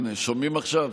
הינה, שומעים עכשיו?